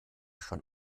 schon